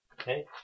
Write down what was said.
Okay